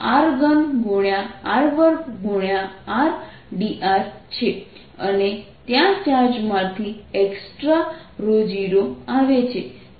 r dr છે અને ત્યાં ચાર્જમાંથી એક્સ્ટ્રા 0 આવે છે